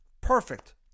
Perfect